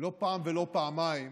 לא פעם ולא פעמיים